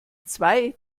zwei